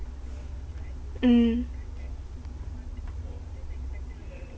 mm